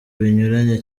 binyuranye